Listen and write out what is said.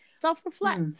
self-reflect